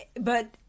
But-